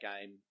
game